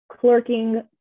clerking